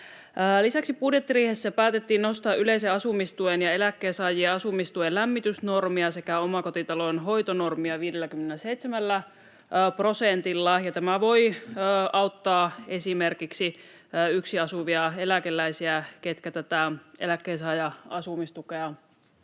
Lisäksi budjettiriihessä päätettiin nostaa yleisen asumistuen ja eläkkeensaajien asumistuen lämmitysnormia sekä omakotitalon hoitonormia 57 prosentilla, ja tämä voi auttaa esimerkiksi yksin asuvia eläkeläisiä, ketkä tätä eläkkeensaajan asumistukea